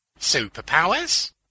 Superpowers